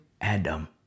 Adam